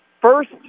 First